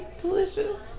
delicious